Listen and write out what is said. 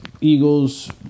Eagles